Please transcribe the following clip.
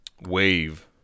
Wave